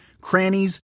crannies